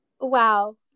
Wow